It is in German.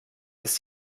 ist